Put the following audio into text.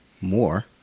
more